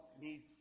need